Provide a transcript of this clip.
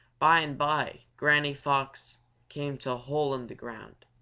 by and by granny fox came to a hole in the ground,